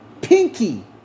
pinky